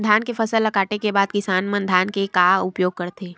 धान के फसल ला काटे के बाद किसान मन धान के का उपयोग करथे?